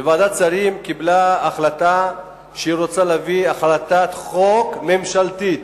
ועדת השרים קיבלה החלטה שהיא רוצה להביא הצעת חוק ממשלתית